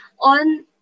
on